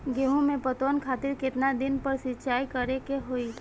गेहूं में पटवन खातिर केतना दिन पर सिंचाई करें के होई?